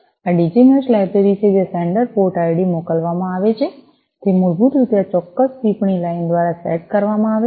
આ DigiMesh library છે જે સેંડર પોર્ટ આઈડી મોકલવામાં આવે છે તે મૂળભૂત રીતે આ ચોક્કસ ટિપ્પણી લાઇન દ્વારા સેટ કરવામાં આવે છે